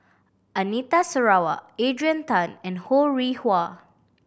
Anita Sarawak Adrian Tan and Ho Rih Hwa